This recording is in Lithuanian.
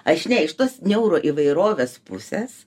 aš ne iš tos neuro įvairovės pusės